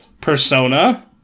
Persona